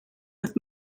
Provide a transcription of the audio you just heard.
with